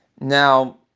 Now